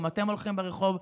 גם אתם הולכים ברחוב,